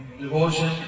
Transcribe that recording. devotion